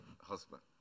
husband